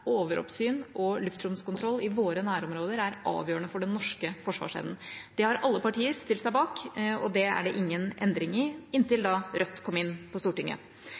overoppsyn og luftromskontoll i våre nærområder er avgjørende for den norske forsvarsevnen. Det har alle partier stilt seg bak, og det er det ingen endring i – inntil Rødt kom inn på Stortinget.